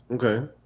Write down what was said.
Okay